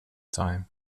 time